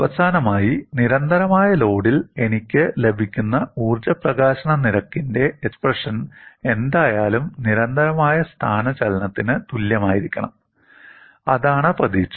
അവസാനമായി നിരന്തരമായ ലോഡിൽ എനിക്ക് ലഭിക്കുന്ന ഊർജ്ജ പ്രകാശന നിരക്കിന്റെ എക്സ്പ്രഷൻ എന്തായാലും നിരന്തരമായ സ്ഥാനചലനത്തിന് തുല്യമായിരിക്കണം അതാണ് പ്രതീക്ഷ